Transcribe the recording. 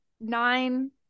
nine